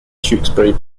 tewkesbury